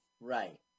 right